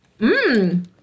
Mmm